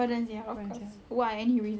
saya sekarang jer jalan tercungap-cungap